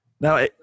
now